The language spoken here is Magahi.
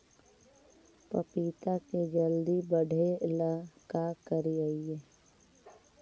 पपिता के जल्दी बढ़े ल का करिअई?